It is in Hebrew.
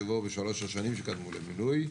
בשלוש השנים שקדמו למינוי.